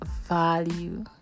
value